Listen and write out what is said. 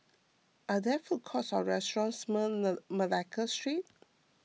are there food courts or restaurants Malacca Street